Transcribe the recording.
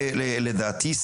לדעתי,